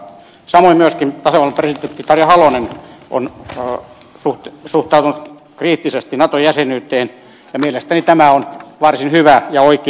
samoin myöskin tasavallan presidentti tarja halonen on suhtautunut kriittisesti nato jäsenyyteen ja mielestäni tämä on varsin hyvä ja oikea linja